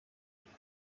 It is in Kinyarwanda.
nkuru